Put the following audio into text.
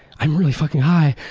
i'm really fucking high,